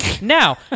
Now